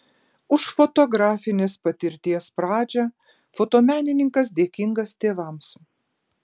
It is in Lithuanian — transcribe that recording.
už fotografinės patirties pradžią fotomenininkas dėkingas tėvams